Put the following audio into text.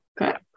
Okay